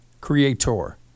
creator